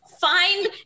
Find